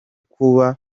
kuba